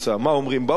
מה אומרים באו"ם,